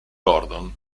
gordon